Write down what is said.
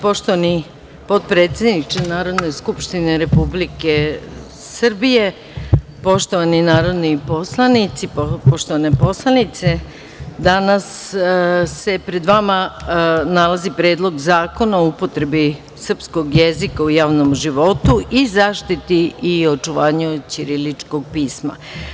Poštovani potpredsedniče Narodne skupštine Republike Srbije, poštovani narodni poslanici, poštovane poslanice, danas se pred vama nalazi Predlog zakona o upotrebi srpskog jezika u javnom životu i zaštiti i očuvanju ćiriličnog pisma.